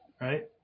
Right